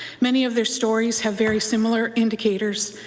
many of their stories have very similar indicators.